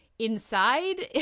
inside